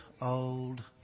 old